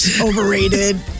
Overrated